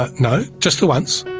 ah no, just the once.